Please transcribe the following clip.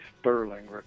sterling